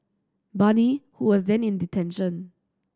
Bani who was then in detention